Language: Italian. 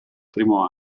primo